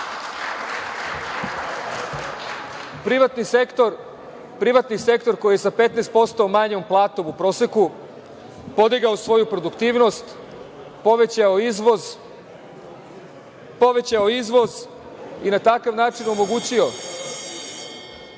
Privatni sektor koji je sa 15% manjom platom u proseku podigao svoju produktivnost, povećao izvoz i na takav način omogućio